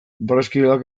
barraskiloak